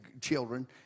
children